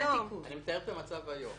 אני מתאר את המצב היום.